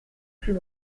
plus